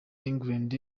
england